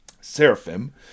seraphim